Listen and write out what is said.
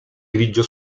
grigio